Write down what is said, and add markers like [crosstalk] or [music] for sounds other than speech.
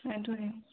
[unintelligible]